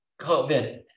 COVID